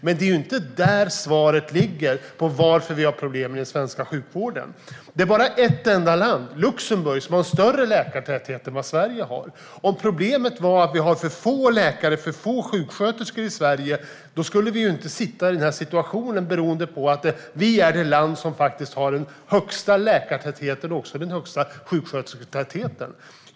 Men det är inte där svaret ligger när det gäller varför vi har problem i den svenska sjukvården. Det finns bara ett enda land, Luxemburg, som har större läkartäthet än Sverige. Om problemet var att vi hade för få läkare och sjuksköterskor i Sverige skulle vi inte befinna oss i den här situationen. Vi är ju det land som har den högsta läkartätheten och den högsta sjukskötersketätheten.